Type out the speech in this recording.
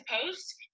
post